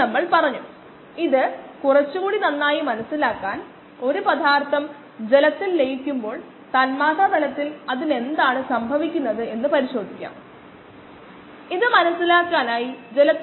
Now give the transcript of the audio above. നമ്മൾ ഇത് 1 v versus 1s എന്നിവ ഉപയോഗിച്ച് പ്ലോട്ട് ചെയ്യുകയാണെങ്കിൽ നമുക്ക് ലഭിക്കുന്ന പോയിന്റുകൾ ഇവയാണ്